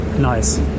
nice